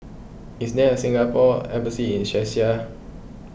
is there a Singapore Embassy in Czechia